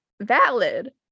valid